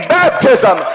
baptism